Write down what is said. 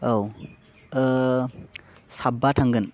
औ साबा थांगोन